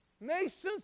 Nations